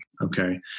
okay